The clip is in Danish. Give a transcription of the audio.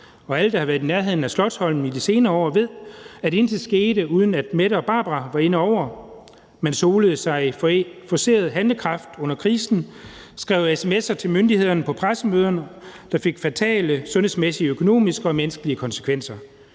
alle, der har været i nærheden af Slotsholmen de senere år ved, at intet skete, uden at statsministeren og Barbara Bertelsen havde været inde over. Man solede sig i forceret handlekraft under krisen, skrev sms'er til myndighederne på pressemøderne, der fik fatale sundhedsmæssige, økonomiske og menneskelige konsekvenser.